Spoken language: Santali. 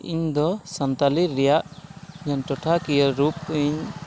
ᱤᱧᱫᱚ ᱥᱟᱱᱛᱟᱞᱤ ᱨᱮᱭᱟᱜ ᱴᱚᱴᱷᱟ ᱠᱤᱭᱟᱹ ᱨᱩᱯ ᱤᱧ